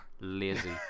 lazy